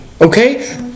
Okay